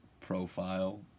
profile